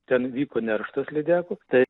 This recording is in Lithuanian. ten vyko nerštas lydekų tai